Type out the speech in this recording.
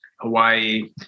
Hawaii